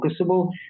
focusable